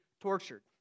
tortured